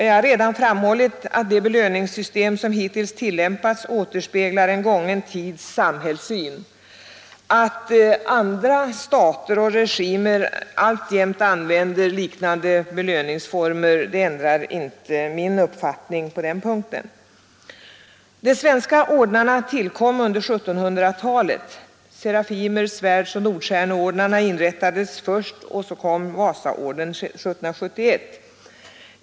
Jag har redan framhållit att det belöningssystem som hittills tillämpats återspeglar en gången tids samhällssyn. Att andra stater och regimer alltjämt använder liknande belöningsformer ändrar inte min uppfattning på den punkten. De svenska ordnarna tillkom under 1700-talet. Serafimer-, Svärdsoch Nordstjärneordnarna inrättades först och sedan kom Vasaorden år 1771.